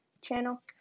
channel